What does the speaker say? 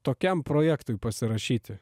tokiam projektui pasirašyti